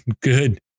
good